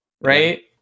Right